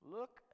Look